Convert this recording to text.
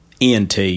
ENT